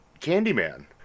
Candyman